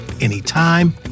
anytime